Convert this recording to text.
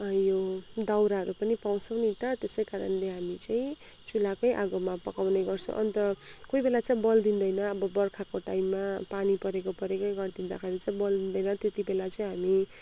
यो दाउराहरू पनि पाउँछौँ नि त त्यसै कारणले हामी चाहिँ चुलाकै आगोमा पकाउने गर्छौँ अन्त कोही बेला चाहिँ बल्दिँदैन अब बर्खाको टाइममा पानी परेको परेकै गरिदिँदाखेरि चाहिँ बल्दिँदैन त्यति बेला चाहिँ हामी